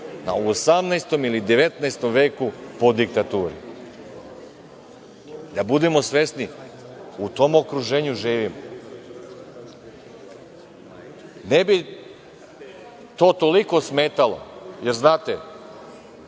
u 18. ili 19. veku po diktaturi. Da budemo svesni, u tom okruženju živimo. Ne bi to toliko smetalo, jer znate